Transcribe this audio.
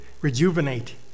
rejuvenate